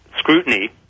scrutiny